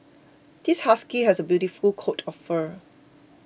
this husky has a beautiful coat of fur